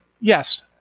Yes